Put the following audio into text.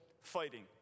fighting